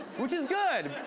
which is good,